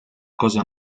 cosa